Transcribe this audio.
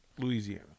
Louisiana